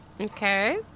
Okay